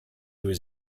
was